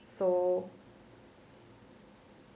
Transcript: so